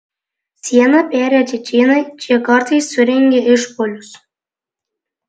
sieną perėję čečėnai čia kartais surengia išpuolius